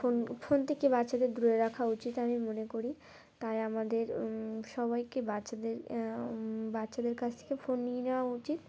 phone phone থেকে বাচ্চাদের দূরে রাখা উচিত আমি মনে করি তাই আমাদের সবাইকে বাচ্চাদের বাচ্চাদের কাছ থেকে ফোন নিয়ে নেওয়া উচিত